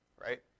right